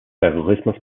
terrorismus